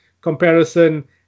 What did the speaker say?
comparison